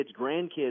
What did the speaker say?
grandkids